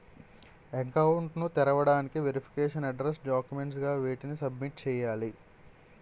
Account ను తెరవటానికి verification address documents గా వేటిని సబ్మిట్ చేయాలి?